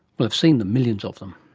but i've seen them, millions of them.